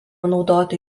naudoti